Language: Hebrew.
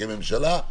כממשלה,